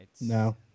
No